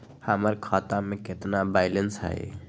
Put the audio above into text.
हमर खाता में केतना बैलेंस हई?